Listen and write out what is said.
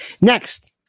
Next